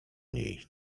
niej